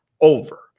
over